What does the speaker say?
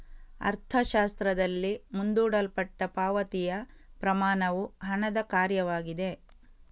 ಅರ್ಥಶಾಸ್ತ್ರದಲ್ಲಿ, ಮುಂದೂಡಲ್ಪಟ್ಟ ಪಾವತಿಯ ಪ್ರಮಾಣವು ಹಣದ ಕಾರ್ಯವಾಗಿದೆ